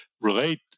relate